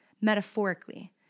metaphorically